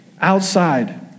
outside